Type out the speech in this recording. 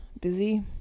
Busy